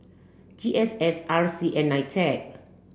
G S S R C and NITEC